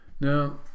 Now